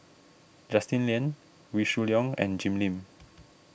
Justin Lean Wee Shoo Leong and Jim Lim